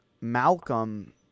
Malcolm